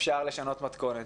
אפשר לשנות מתכונת,